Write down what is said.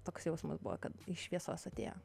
toks jausmas buvo kad iš šviesos atėjo